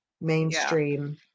mainstream